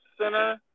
center